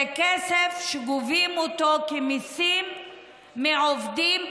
זה כסף שגובים אותו כמיסים מעובדים,